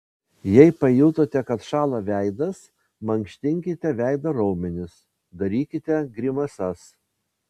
jei pajutote kad šąla veidas mankštinkite veido raumenis darykite grimasas